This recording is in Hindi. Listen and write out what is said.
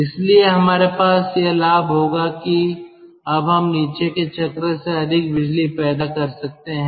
इसलिए हमारे पास यह लाभ होगा कि अब हम नीचे के चक्र से अधिक बिजली पैदा कर सकते हैं